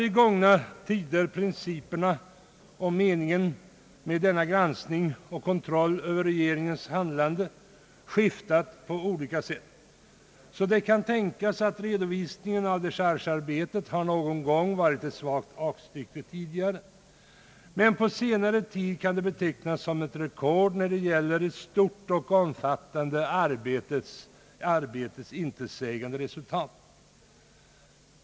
I gångna tider har principerna för och åsikterna om meningen med denna granskning och kontroll över regeringens handlande skiftat på olika sätt. Det kan tänkas att redovisningen av dechargearbetet någon gång tidigare har varit ett svagt aktstycke. Men på senare tid kan detta memorial betecknas som ett rekord när det gäller ett stort och omfattande arbetes intetsägande resultat.